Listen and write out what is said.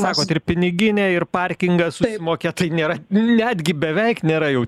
matot ir piniginė ir parkingą susimokėt tai nėra netgi beveik nėra jau